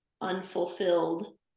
unfulfilled